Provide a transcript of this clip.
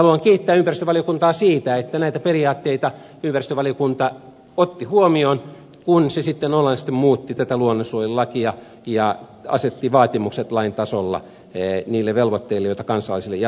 haluan kiittää ympäristövaliokuntaa siitä että ympäristövaliokunta näitä periaatteita otti huomioon kun se sitten olennaisesti muutti tätä luonnonsuojelulakia ja asetti vaatimukset lain tasolla niille velvoitteille joita kansalaisille jatkossa asetetaan